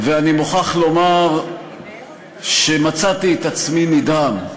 ואני מוכרח לומר שמצאתי את עצמי נדהם.